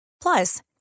Plus